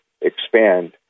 expand